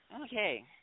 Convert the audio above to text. Okay